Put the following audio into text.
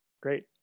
Great